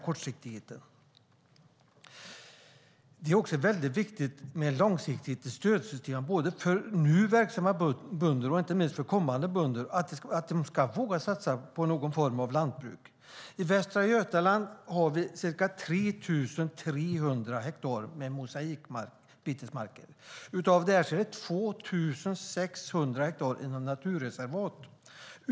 Det är också viktigt med ett långsiktigt stödsystem för att nu verksamma bönder och kommande bönder ska våga satsa på någon form av lantbruk. I Västra Götaland finns ca 3 300 hektar mosaikbetesmarker. Av dem är 2 600 hektar inom naturreservat.